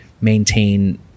maintain